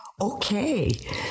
okay